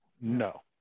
No